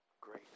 great